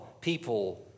people